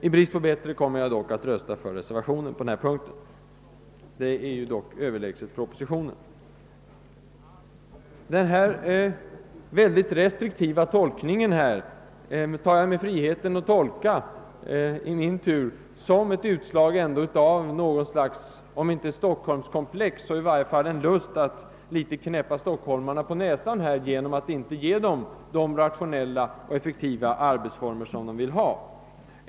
I brist på bättre kommer jag att rösta för reservationen på den punkten, eftersom dess förslag dock är överlägset propositionens. Den restriktiva tolkning som jag nämnt tror jag tyvärr måste ses som ett utslag av, om inte stockholmskomplex, så i varje fall en viss lust att »knäppa stockholmarna på näsan» genom att inte ge dem de rationella och effektiva arbetsformer de vill ha.